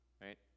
right